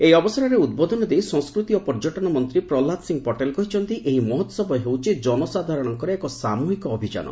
ଏହି ଅବସରରେ ଉଦ୍ବୋଧନ ଦେଇ ସଂସ୍କୃତି ଓ ପର୍ଯ୍ୟଟନ ମନ୍ତ୍ରୀ ପ୍ରହଲାଦ ସିଂହ ପଟେଲ କହିଛନ୍ତି ଏହି ମହୋହବ ହେଉଛି ଜନସାଧାରଣଙ୍କର ଏକ ସାମୁହିକ ଅଭିଯାନ